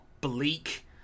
bleak